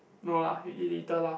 no lah we eat later lah